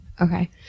Okay